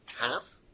Half